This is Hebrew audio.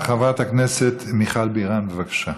חברת הכנסת מיכל בירן, בבקשה.